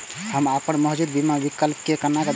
हम अपन मौजूद बीमा विकल्प के केना देखब?